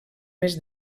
més